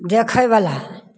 देखैवला